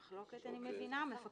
גם אני וגם חיים מביאים